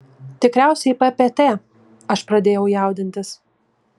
tikriausiai ppt aš pradėjau jaudintis